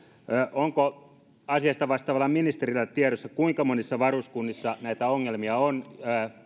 onko asiasta vastaavalla ministerillä tiedossa kuinka monissa varuskunnissa näitä ongelmia on